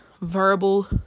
verbal